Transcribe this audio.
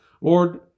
Lord